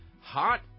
hot